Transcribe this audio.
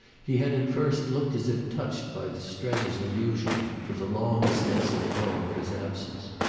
he had at first looked as if touched by strether's allusion to the long sense, at home, of his absence.